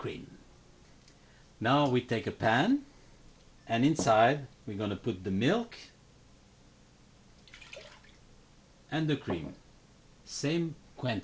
queen now we take a pan and inside we're going to put the milk and the cream same twen